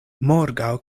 morgaŭ